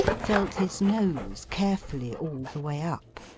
felt his nose carefully all the way up.